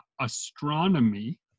astronomy